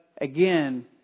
Again